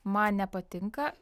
man nepatinka